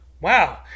Wow